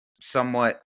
somewhat